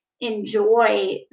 enjoy